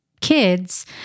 kids